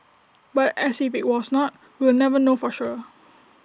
but as IT be was not we will never know for sure